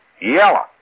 Yellow